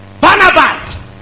Barnabas